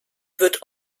wird